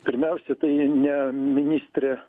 pirmiausia tai ne ministrė